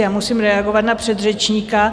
Já musím reagovat na předřečníka.